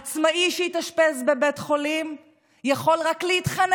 עצמאי שהתאשפז בבית חולים יכול רק להתפלל